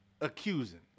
accusing